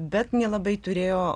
bet nelabai turėjo